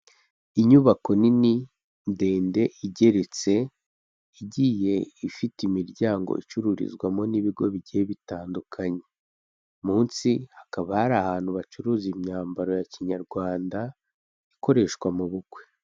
Inyubako nini, ndende, igeretse; igiye ifite imiryango icururizwamo n'ibigo bigiye bitandukanye; munsi hakaba hari ahantu bacuruza imyambaro ya kinyarwanda ikoreshwa mu bukwe.